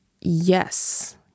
Yes